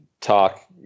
talk